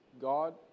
God